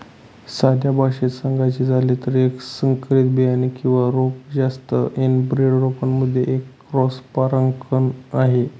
साध्या भाषेत सांगायचं झालं तर, एक संकरित बियाणे किंवा रोप जास्त एनब्रेड रोपांमध्ये एक क्रॉस परागकण आहे